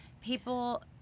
people